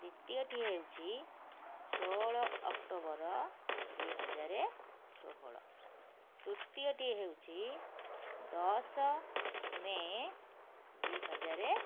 ଦ୍ୱିତୀୟଟି ହେଉଛି ଷୋହଳ ଅକ୍ଟୋବର ଦୁଇହଜାର ଷୋହଳ ତୃତୀୟଟି ହେଉଛି ଦଶ ମେ' ଦୁଇହଜାର